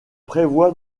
prévoit